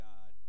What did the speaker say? God